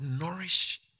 nourish